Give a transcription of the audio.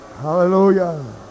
Hallelujah